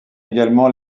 également